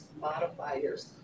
modifiers